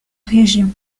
région